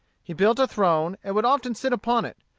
he built a throne, and would often sit upon it,